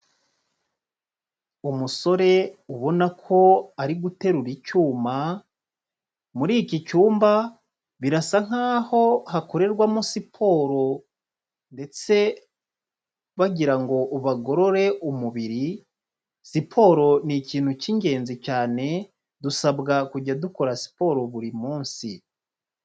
Umusore ubona ko ari guterura icyuma, muri iki cyumba birasa nkaho hakorerwamo siporo ndetse bagira ngo bagorore umubiri, siporo ni ikintu k'ingenzi cyane, dusabwa kujya dukora siporo buri munsi.